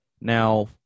Now